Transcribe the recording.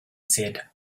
said